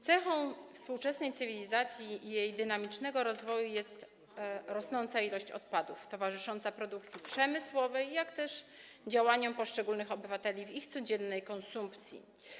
Cechą współczesnej cywilizacji i jej dynamicznego rozwoju jest rosnąca ilość odpadów towarzyszących produkcji przemysłowej, jak też działaniom poszczególnych obywateli w ich codziennej konsumpcji.